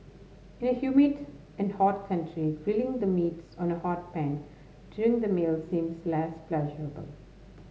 in a humid and hot country grilling the meats on a hot pan during the meal seems less pleasurable